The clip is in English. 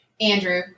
Andrew